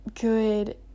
good